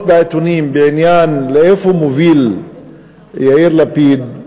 בעיתונים בעניין "לאיפה מוביל יאיר לפיד"